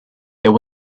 there